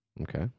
Okay